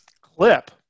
Clip